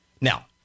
Now